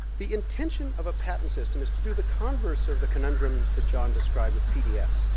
the intention of a patent system is to do the converse of the conundrum that john described with pdfs,